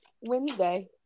Wednesday